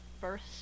first